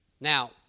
Now